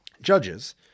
Judges